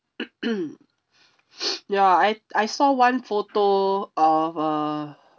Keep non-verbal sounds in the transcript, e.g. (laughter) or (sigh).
(noise) ya I I saw one photo of a